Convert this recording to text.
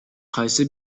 кайсы